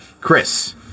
Chris